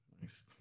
Nice